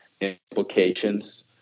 implications